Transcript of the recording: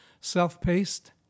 self-paced